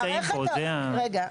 רגע.